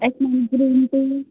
yes